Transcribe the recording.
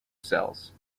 cells